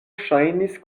ŝajnis